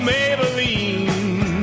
Maybelline